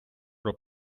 про